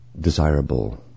desirable